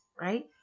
right